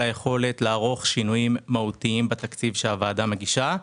היכולת לערוך שינויים מהותיים בתקציב שהוועדה מגישה.